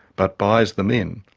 but buys them in.